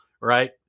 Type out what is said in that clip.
right